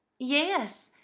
yes,